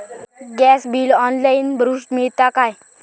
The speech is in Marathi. गॅस बिल ऑनलाइन भरुक मिळता काय?